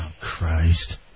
Christ